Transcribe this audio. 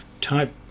type